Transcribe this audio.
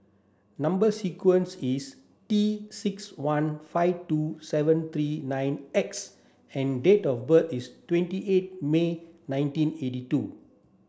number sequence is T six one five two seven three nine X and date of birth is twenty eight May nineteen eighty two